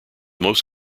most